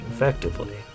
Effectively